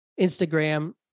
Instagram